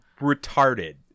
retarded